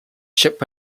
ship